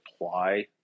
apply